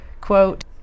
quote